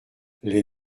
les